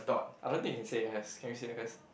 I don't think you can say S can we say S